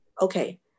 Okay